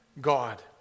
God